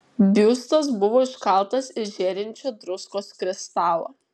biustas buvo iškaltas iš žėrinčio druskos kristalo